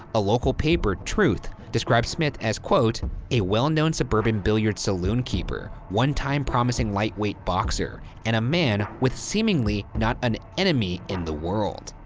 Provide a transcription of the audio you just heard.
a local paper, truth, described smith as, a well-known suburban billiards saloon keeper, one-time promising lightweight boxer, and a man with seemingly not an enemy in the world.